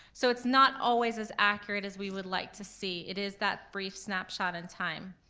so it's not always as accurate as we would like to see. it is that brief snapshot in time.